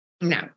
No